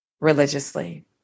religiously